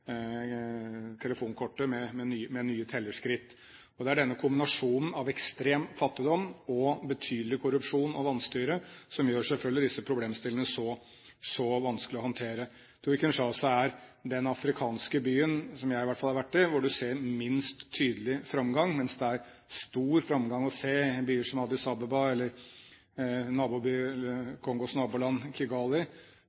opp telefonkortet med nye tellerskritt. Det er denne kombinasjonen av ekstrem fattigdom og betydelig korrupsjon og vanstyre som selvfølgelig gjør disse problemstillingene så vanskelige å håndtere. Kinshasa er den afrikanske byen, som i hvert fall jeg har vært i, hvor du ser minst tydelig framgang, mens det er stor framgang å se i byer som Addis Abeba eller,